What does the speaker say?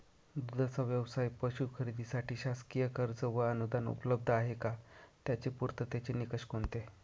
दूधाचा व्यवसायास पशू खरेदीसाठी शासकीय कर्ज व अनुदान उपलब्ध आहे का? त्याचे पूर्ततेचे निकष कोणते?